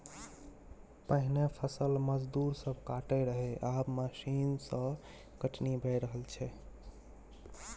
पहिने फसल मजदूर सब काटय रहय आब मशीन सँ कटनी भए रहल छै